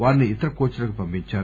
వారిని ఇతర కోచ్ లకు పంపించారు